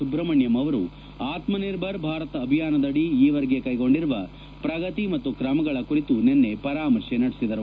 ಸುಬ್ರಹ್ಮಣ್ಯಂ ಅವರು ಆತ್ಮನಿರ್ಭರ್ ಭಾರತ್ ಅಭಿಯಾನದದಿ ಈವರೆಗೆ ಕ್ಷೆಗೊಂಡಿರುವ ಪ್ರಗತಿ ಮತ್ತು ಕ್ರಮಗಳ ಕುರಿತು ನಿನ್ನೆ ಪರಾಮರ್ಶೆ ನಡೆಸಿದರು